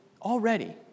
Already